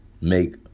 make